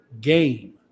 game